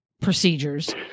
procedures